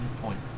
point